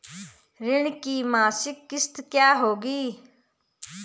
ऋण की मासिक किश्त क्या होगी?